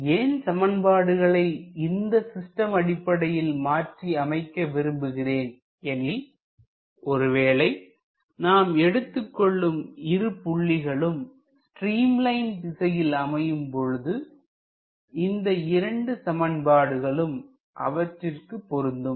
ஏன் சமன்பாடுகளை இந்த சிஸ்டம் அடிப்படையில் மாற்றி அமைக்க விரும்புகிறேன் எனில் ஒருவேளை நாம் எடுத்துக் கொள்ளும் இருபுள்ளிகளும் ஸ்ட்ரீம் லைன் திசையில் அமையும் பொழுது இந்த இரண்டு சமன்பாடுகளும் அவற்றிற்கு பொருந்தும்